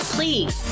Please